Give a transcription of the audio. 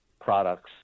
products